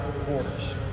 quarters